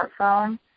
smartphone